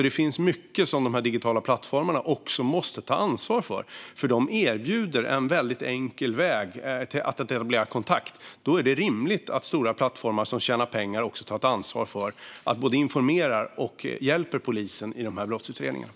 Det finns mycket som de digitala plattformarna måste ta ansvar för, för de erbjuder en väldigt enkel väg att etablera kontakt. Då är det rimligt att stora plattformar som tjänar pengar också tar ett ansvar både för att informera och för att hjälpa polisen i brottsutredningarna.